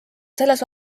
selles